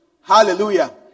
Hallelujah